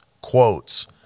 quotes